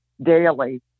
daily